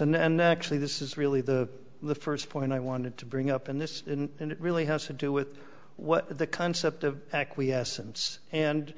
yes and actually this is really the the first point i wanted to bring up in this and it really has to do with what the concept of acquiescence and